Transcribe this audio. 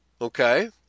Okay